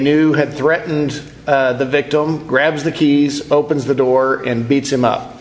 knew had threatened the victim grabs the keys opens the door and beats him up